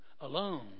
alone